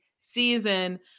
season